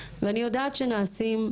ואני יודעת שנעשים,